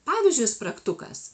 pavyzdžiui spragtukas